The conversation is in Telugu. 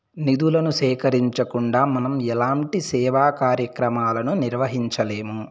నిధులను సేకరించకుండా మనం ఎలాంటి సేవా కార్యక్రమాలను నిర్వహించలేము